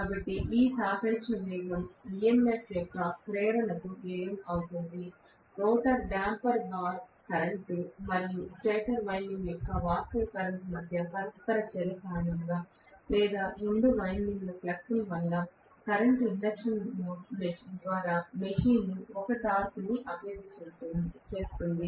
కాబట్టి ఈ సాపేక్ష వేగం EMF యొక్క ప్రేరణకు వ్యయం అవుతుంది రోటర్ డేంపర్ బార్ కరెంట్ మరియు స్టేటర్ వైండింగ్ యొక్క వాస్తవ కరెంట్ మధ్య పరస్పర చర్య కారణంగా లేదా రెండు వైండింగ్ల ఫ్లక్స్ల వల్ల కరెంట్ ఇండక్షన్ ద్వారా మెషిన్ ఒక టార్క్ను అభివృద్ధి చేస్తుంది